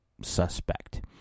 suspect